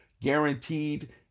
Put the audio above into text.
guaranteed